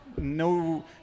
no